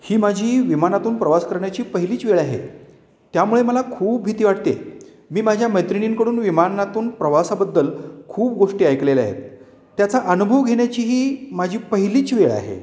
ही माझी विमानातून प्रवास करण्याची पहिलीच वेळ आहे त्यामुळे मला खूप भीती वाटते मी माझ्या मैत्रिणींकडून विमानातून प्रवासाबद्दल खूप गोष्टी ऐकलेल्या आहेत त्याचा अनुभव घेण्याची ही माझी पहिलीच वेळ आहे